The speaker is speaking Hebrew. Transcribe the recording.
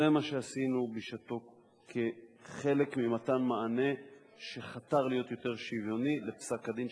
זה מה שעשינו כחלק ממתן מענה שחתר להיות יותר שוויוני לאור פסק-הדין של